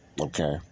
Okay